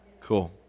Cool